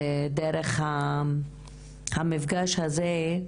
דרך המפגש הזה,